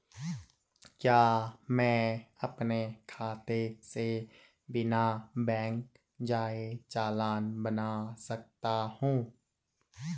क्या मैं अपने खाते से बिना बैंक जाए चालान बना सकता हूँ?